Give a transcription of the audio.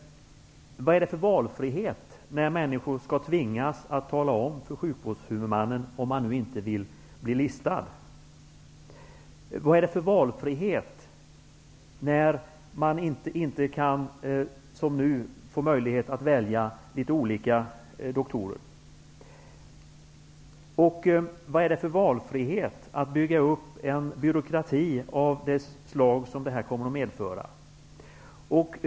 Vad är det för valfrihet när människor skall tvingas att tala om för sjukvårdshuvudmannen att man inte vill bli listad? Vad är det för valfrihet när man inte, som nu, kan få möjlighet att välja litet olika doktorer? Vad är det för valfrihet att bygga upp en byråkrati av det slag som detta komma att medföra?